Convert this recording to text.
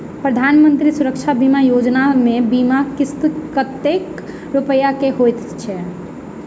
प्रधानमंत्री सुरक्षा बीमा योजना मे बीमा किस्त कतेक रूपया केँ होइत अछि?